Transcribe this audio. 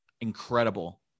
Incredible